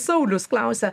sauliaus klausia